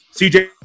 CJ